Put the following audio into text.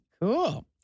Cool